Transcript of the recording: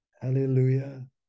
hallelujah